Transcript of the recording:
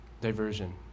Diversion